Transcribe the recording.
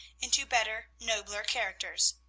into better, nobler characters.